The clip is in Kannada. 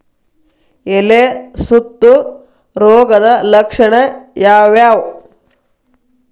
ಎಲೆ ಸುತ್ತು ರೋಗದ ಲಕ್ಷಣ ಯಾವ್ಯಾವ್?